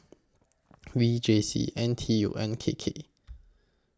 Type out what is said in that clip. V J C N T U and K K